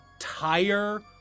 tire